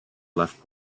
left